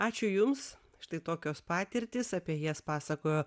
ačiū jums štai tokios patirtys apie jas pasakojo